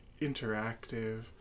interactive